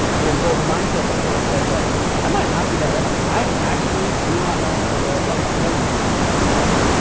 but a growth mindset of course says, like i might not be that right, like i actually do not know how to row a boat. i know nothing about that,